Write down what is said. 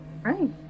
Right